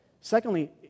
secondly